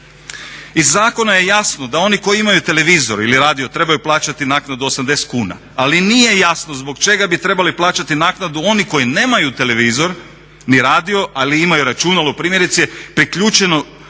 Iz zakona je jasno da oni koji imaju televizor ili radio trebaju plaćati naknadu 80 kuna, ali nije jasno zbog čega bi trebali plaćati naknadu oni koji nemaju televizor ni radio ali imaju računalo primjerice priključeno